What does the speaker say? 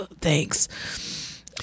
thanks